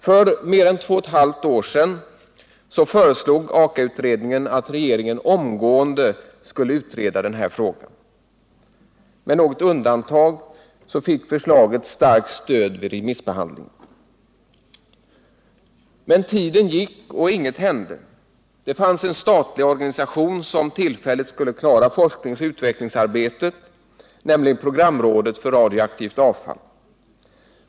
För mer än 2 1/2 år sedan föreslog Aka-utredningen att regeringen omgående skulle utreda den här frågan. Med något undantag fick förslaget starkt stöd vid remissbehandlingen. Men tiden gick och inget hände. Det fanns en statlig organisation som tillfälligt skulle klara forskningsoch utvecklingsarbetet, nämligen programrådet för radioaktivt avfall.